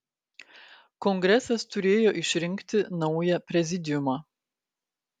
kongresas turėjo išrinkti naują prezidiumą